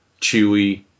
Chewie